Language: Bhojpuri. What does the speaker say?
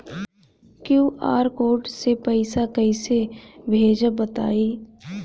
क्यू.आर कोड से पईसा कईसे भेजब बताई?